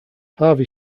harvey